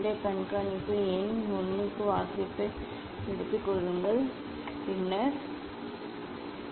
இந்த வழியில் வெர்னியர் இருவரிடமிருந்தும் 3 முறை 3 முறை வாசிப்போம் இங்கே இது தீட்டா 1 மற்றும் இது தீட்டா 2 அமைப்பிலிருந்து அமைந்தால் கண்காணிப்பு எண் 1 ஐப் பெறுவோம்